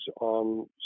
on